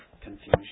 confusion